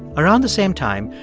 around the same time,